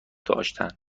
داشتند